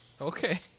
Okay